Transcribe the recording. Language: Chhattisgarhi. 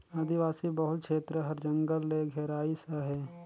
आदिवासी बहुल छेत्र हर जंगल ले घेराइस अहे